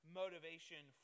motivation